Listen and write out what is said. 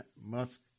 Musk